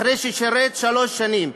אחרי שישרת שלוש שנים.